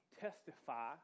testify